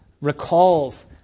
recalls